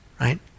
right